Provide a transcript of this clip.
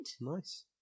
Nice